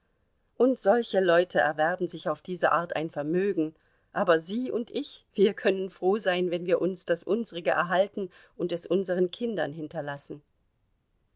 und solche leute erwerben sich auf diese art ein vermögen aber sie und ich wir können froh sein wenn wir uns das unsrige erhalten und es unseren kindern hinterlassen